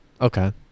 okay